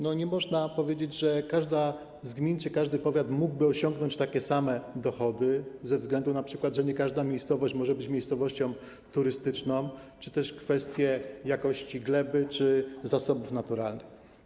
Nie można powiedzieć, że każda gmina czy każdy powiat mogłyby osiągnąć takie same dochody, z tego względu, że np. nie każda miejscowość może być miejscowością turystyczną, czy też ze względu na kwestie jakości gleby czy zasobów naturalnych.